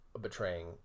betraying